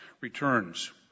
returns